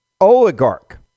oligarch